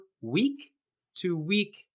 week-to-week